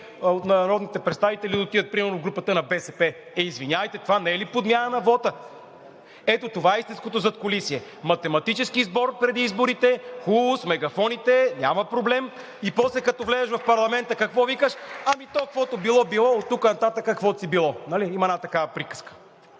от народните представители на ГЕРБ да отидат примерно в групата на БСП? Извинявайте, това не е ли подмяна на вота? Ето това е истинското задкулисие. Математически сбор преди изборите – хубаво, с мегафоните, няма проблем. И после като влезеш в парламента какво викаш: ами то каквото било – било, оттук нататък каквото било. Има една такава приказка.